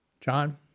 John